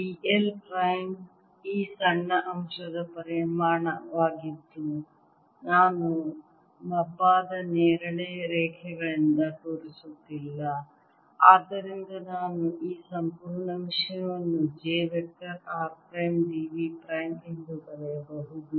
D l prime ಈ ಸಣ್ಣ ಅಂಶದ ಪರಿಮಾಣವಾಗಿದ್ದು ನಾನು ಮಬ್ಬಾದ ನೇರಳೆ ರೇಖೆಗಳಿಂದ ತೋರಿಸುತ್ತಿಲ್ಲ ಆದ್ದರಿಂದ ನಾನು ಈ ಸಂಪೂರ್ಣ ವಿಷಯವನ್ನು j vector r prime d v prime ಎಂದು ಬರೆಯಬಹುದು